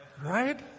Right